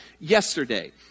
Yesterday